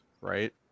right